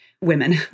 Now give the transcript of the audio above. women